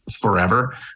forever